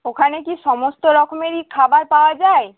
ওখানে কি সমস্ত রকমেরই খাবার পাওয়া যায়